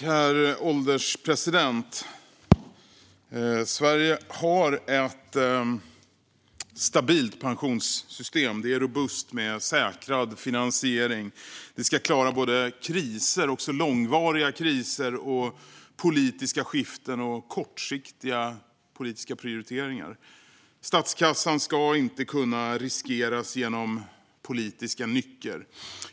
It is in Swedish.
Herr ålderspresident! Sverige har ett stabilt pensionssystem. Det är robust med säkrad finansiering. Det ska klara kriser, också långvariga kriser, politiska skiften och kortsiktiga politiska prioriteringar. Statskassan ska inte kunna riskeras genom politiska nycker.